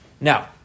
Now